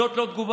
זאת לא תגובה.